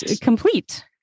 complete